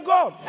God